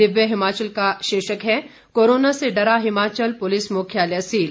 दिव्य हिमाचल का शीर्षक है कोरोना से डरा हिमाचल पुलिस मुख्यालय सील